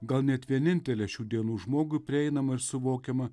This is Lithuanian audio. gal net vienintele šių dienų žmogui prieinama ir suvokiama